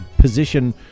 position